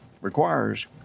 requires